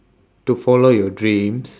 to follow your dreams